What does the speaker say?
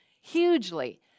hugely